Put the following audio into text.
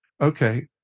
okay